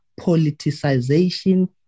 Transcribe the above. politicization